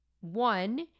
one